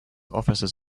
offices